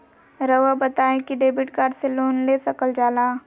रहुआ बताइं कि डेबिट कार्ड से लोन ले सकल जाला?